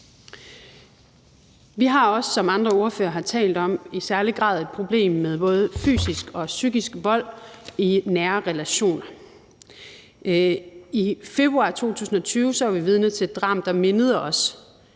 Vi har også, som andre ordførere har talt om, i særlig grad et problem med både fysisk og psykisk vold i nære relationer. I februar 2020 var vi vidne til et drab, der mindede os